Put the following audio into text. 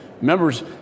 members